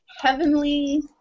heavenly